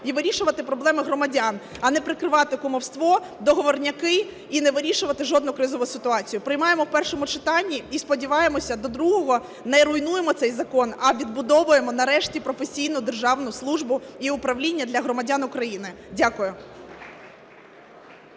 і вирішувати проблеми громадян, а не прикривати кумівство, "договорняки" і не вирішувати жодну кризову ситуацію. Приймаємо у першому читанні і сподіваємось, до другого не руйнуємо цей закон, а відбудовуємо нарешті професійну державну службу і управління для громадян України. Дякую.